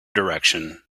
direction